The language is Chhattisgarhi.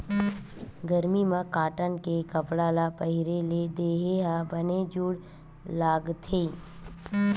गरमी म कॉटन के कपड़ा ल पहिरे ले देहे ह बने जूड़ लागथे